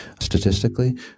statistically